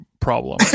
problem